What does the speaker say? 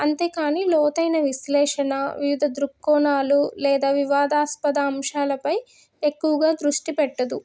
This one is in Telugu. అంతేకానీ లోతైన విశ్లేషణ వివిధ దృక్కోణాలు లేదా వివాదాస్పద అంశాలపై ఎక్కువగా దృష్టి పెట్టదు